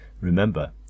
remember